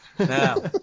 Now